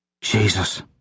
Jesus